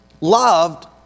loved